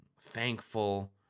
thankful